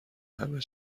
همه